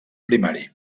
primari